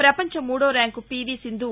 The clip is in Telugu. ప్రపంచ మూడో ర్యాంకు పీవీ సింధు